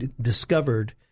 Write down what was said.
discovered